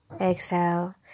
Exhale